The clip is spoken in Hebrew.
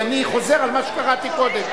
כי אני חוזר על מה שקראתי קודם,